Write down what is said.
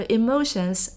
emotions